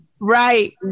Right